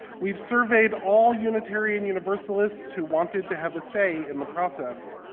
we've surveyed all unitarian universalists who wanted to have a say in the process.